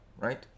right